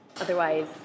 otherwise